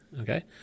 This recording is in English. Okay